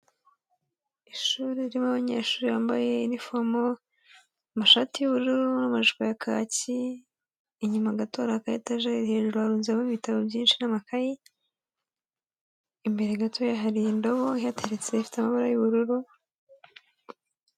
Ishuri ririmo abanyeshuri bambaye inifomo, amashati y'ubururu n'amajipo ya kaki, inyuma gato hari akayetajeri hejuru harunzemo ibitabo byinshi n'amakayi, imbere gatoya hari indobo ihateretse ifite amabara y'ubururu.